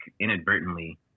inadvertently